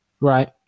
Right